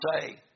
say